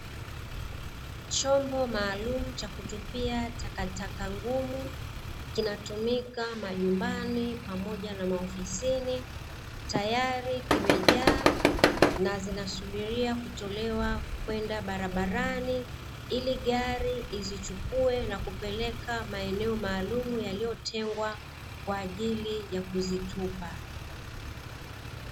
Chombo maalumu cha kutupia takataka ngumu, kinatumika majumbani pamoja na maofisini tayari kimejaa nazinasubiriwa kutolewa kwenda barabarani ili gari izuchukue na kupeleka maeneo maalumu yaliyotengwa kwa ajili yakizitupa.